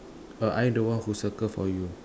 uh I am the one who circle for you